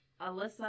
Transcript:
Alyssa